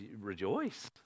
rejoice